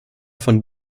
von